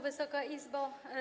Wysoka Izbo!